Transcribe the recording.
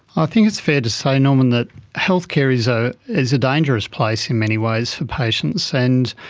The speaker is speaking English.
i think it's fair to say, norman, that health care is ah is a dangerous place in many ways for patients, and